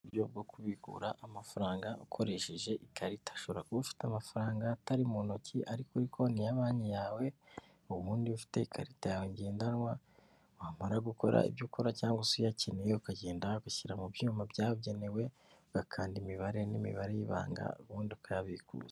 Uburyo bwo kubikura amafaranga ukoresheje ikarita, ushobora kuba ufite amafaranga atari mu ntoki ari kuri konti ya banki yawe, ubundi iyo ufite ikarita yawe ngendanwa, wamara gukora ibyo ukora cyangwa se uyakeneye ukagenda ugashyira mu byuma byabugenewe, ugakanda imibare n'imibare y'ibanga ubundi ukayabikuza.